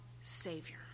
Savior